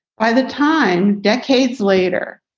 by the time decades later,